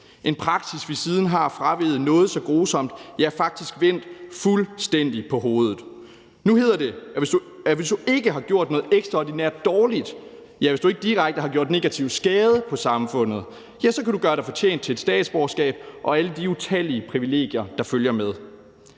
en praksis, vi siden har fraveget noget så grusomt, ja, faktisk vendt fuldstændig på hovedet. Nu hedder det, at hvis du ikke har gjort noget ekstraordinært dårligt, hvis du ikke direkte har gjort skade på samfundet, kan du gøre sig fortjent til et statsborgerskab og alle de utallige privilegier, der følger med.